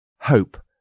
Hope